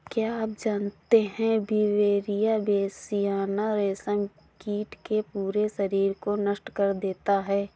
क्या आप जानते है ब्यूवेरिया बेसियाना, रेशम कीट के पूरे शरीर को नष्ट कर देता है